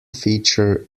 feature